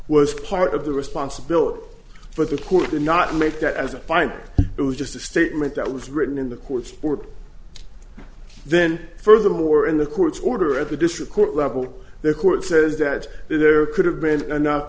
was part of the responsibility for the court to not make that as a bind it was just a statement that was written in the court's order then furthermore in the court's order at the district court level the court says that there could have been enough